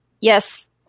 Yes